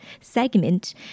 segment